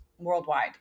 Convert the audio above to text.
Worldwide